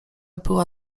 była